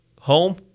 home